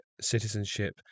citizenship